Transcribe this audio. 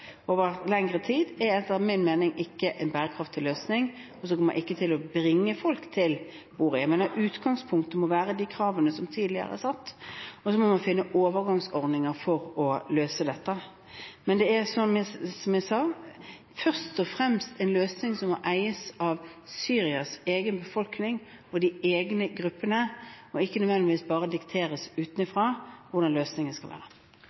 over lengre tid, er etter min mening ikke en bærekraftig løsning, og som ikke vil la folk få komme til orde. Jeg mener utgangspunktet må være de kravene som tidligere er satt, og så må man finne overgangsordninger for å løse dette. Men det er, som jeg sa, først og fremst en løsning som må eies av Syrias egen befolkning og egne grupper, og ikke nødvendigvis bare dikteres utenfra hvordan den skal være.